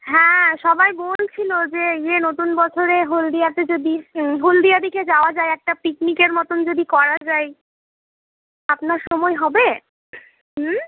হ্যাঁ সবাই বলছিল যে ইয়ে নতুন বছরে হলদিয়াতে যদি হলদিয়ার দিকে যাওয়া যায় একটা পিকনিকের মতন যদি করা যায় আপনার সময় হবে